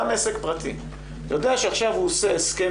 גם עסק פרטי יודע שעכשיו הוא עושה הסכם